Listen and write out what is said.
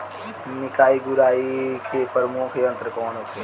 निकाई गुराई के प्रमुख यंत्र कौन होखे?